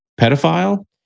pedophile